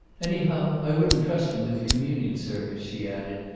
anyhow, i wouldn't trust him with the communion service, she added,